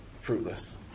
fruitless